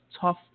tough